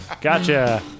Gotcha